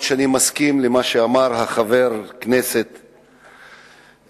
אף-על-פי שאני מסכים למה שאמר חבר הכנסת אורון,